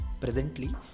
Presently